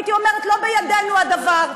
הייתי אומרת שלא בידינו הדבר.